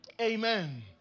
amen